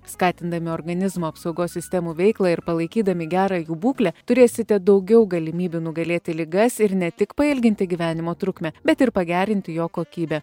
skatindami organizmo apsaugos sistemų veiklą ir palaikydami gerą jų būklę turėsite daugiau galimybių nugalėti ligas ir ne tik pailginti gyvenimo trukmę bet ir pagerinti jo kokybę